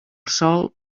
sol